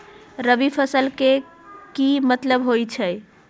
रबी फसल के की मतलब होई छई?